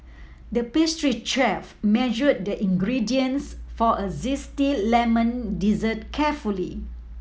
the pastry chef measured the ingredients for a zesty lemon dessert carefully